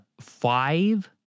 five